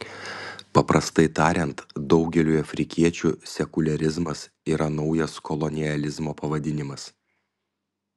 paprastai tariant daugeliui afrikiečių sekuliarizmas yra naujas kolonializmo pavadinimas